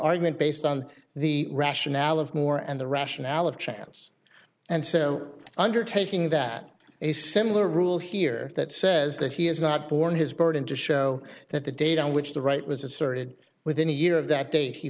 argument based on the rationale of moore and the rationale of chance and so undertaking that a similar rule here that says that he has not borne his burden to show that the date on which the right was asserted within a year of that da